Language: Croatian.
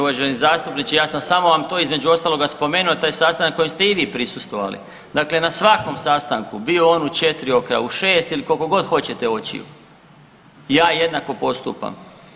Uvaženi zastupniče, ja sam samo vam to između ostaloga spomenuo taj sastanak kojem ste i vi prisustvovali, dakle na svakom sastanku bio on u četiri oka u šest ili kolikogod hoćete očiju ja jednako postupam.